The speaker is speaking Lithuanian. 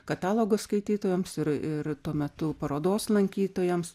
katalogo skaitytojams ir tuo metu parodos lankytojams